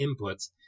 inputs